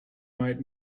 might